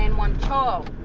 and one child.